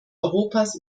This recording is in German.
europas